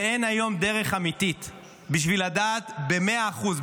ואין היום דרך אמיתית לדעת במאה אחוז,